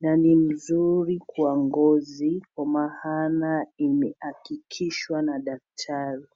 na ni nzuri kwa ngozi kwa maana imeakikishwa na daktari.